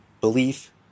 belief